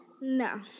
No